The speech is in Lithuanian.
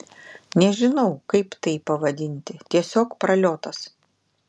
nežinau kaip tai pavadinti tiesiog praliotas